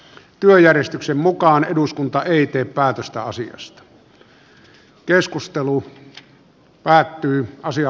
työjärjestyksen mukaan eduskunta ei tee päätöstä asiasta